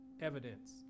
evidence